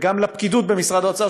וגם לפקידות במשרד האוצר,